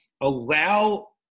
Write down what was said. allow